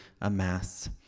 amass